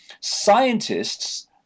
scientists